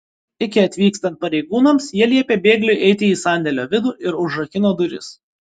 iki atvykstant pareigūnams jie liepė bėgliui eiti į sandėlio vidų ir užrakino duris